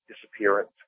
disappearance